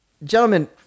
Gentlemen